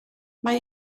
mae